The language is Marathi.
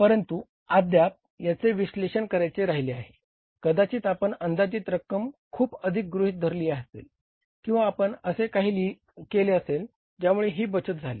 परंतु अद्याप याचे विश्लेषण करायचे राहिले आहे कदाचित आपण अंदाजित रक्कम खूप अधिक गृहीत धरली असेल किंवा आपण असे काही केले असेल ज्यामुळे ही बचत झाली